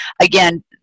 again